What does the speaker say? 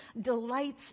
delights